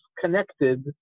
connected